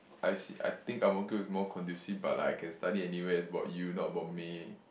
I see I think Ang-Mo-Kio more conducive but I can study anywhere it's about you not about me